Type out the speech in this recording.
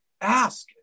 ask